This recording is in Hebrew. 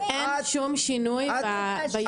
כל שינוי ביבוא המקביל הנוכחי.